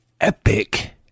epic